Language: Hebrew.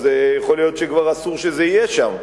יכול להיות שכבר אסור שזה יהיה שם.